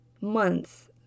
months